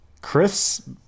Chris